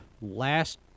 last